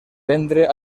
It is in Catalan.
vendre